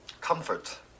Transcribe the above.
Comfort